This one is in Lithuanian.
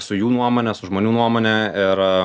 su jų nuomone su žmonių nuomone ir